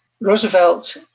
Roosevelt